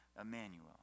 Emmanuel